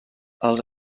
els